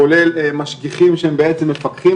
כולל משגיחים שהם בעצם מפקחים,